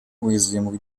уязвимых